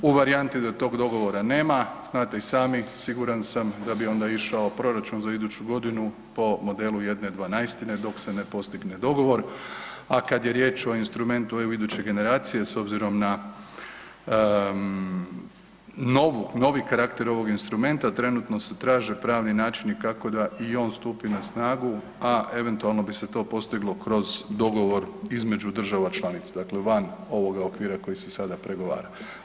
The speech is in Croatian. U varijanti da tog dogovora nema, znate i sami siguran sam da bi onda išao proračun za iduću godinu po modelu 1/12 dok se ne postigne dogovor, a kada je riječ o instrumentu EU Iduće generacije s obzirom na novi karakter ovog instrumenta trenutno se traže pravni načini kako da i on stupi na snagu, a eventualno bi se to postiglo kroz dogovor između država članica, dakle van ovoga okvira koji se sada pregovara.